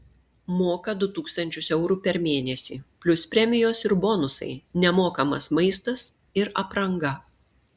moka du tūkstančius eurų per mėnesį plius premijos ir bonusai nemokamas maistas ir apranga